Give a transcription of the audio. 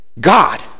God